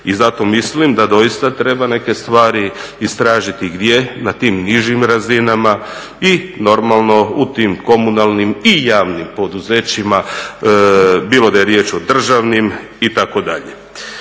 I zato mislim da doista treba neke stvari istražiti gdje na tim nižim razinama i normalno u tim komunalnim i javnim poduzećima bilo da je riječ o državnim itd.